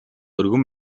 өргөн